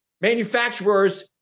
manufacturers